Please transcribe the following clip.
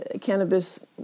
cannabis